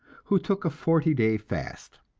who took a forty-day fast.